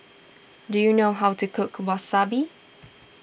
do you know how to cook Wasabi